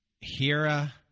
Hira